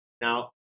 Now